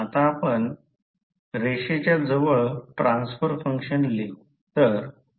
आता आपण रेषेच्या जवळ ट्रान्सफर फंक्शन लिहू